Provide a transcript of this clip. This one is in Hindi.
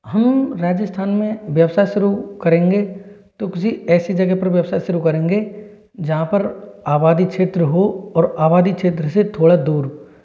हम राजस्थान में व्यवस्था शुरू करेंगे तो किसी ऐसी जगह पर व्यवस्था शुरू करेंगे जहाँ पर आबादी क्षेत्र हो और आबादी क्षेत्र से थोड़ा दूर